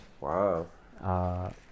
Wow